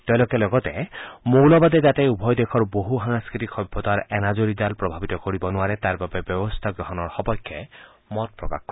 তেওঁলোকে লগতে মৌলবাদে যাতে উভয় দেশৰ বহু সাংস্কৃতিক সভ্যতাৰ এনাজৰীডাল প্ৰভাৱিত কৰিব নোৱাৰে তাৰবাবে ব্যৱস্থা গ্ৰহণৰ সপক্ষে মত প্ৰকাশ কৰে